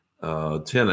tenant